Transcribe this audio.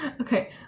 okay